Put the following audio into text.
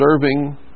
serving